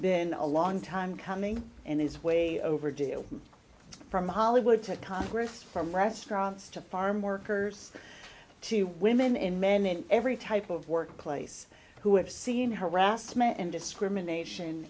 been a long time coming and is way overdue from hollywood to congress from restaurants to farm workers to women and men in every type of workplace who have seen harassment and discrimination